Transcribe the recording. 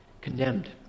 condemned